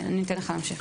כן, אני אתן לך להמשיך.